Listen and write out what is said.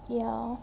ya